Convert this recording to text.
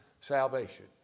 salvation